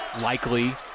likely